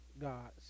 gods